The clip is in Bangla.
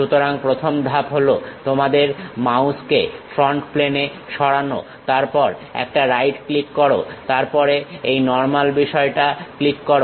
সুতরাং প্রথম ধাপ হলো তোমাদের মাউসকে ফ্রন্ট প্লেনে সরানো তারপরে একটা রাইট ক্লিক করো তারপরে এই নর্মাল বিষয়টা ক্লিক করো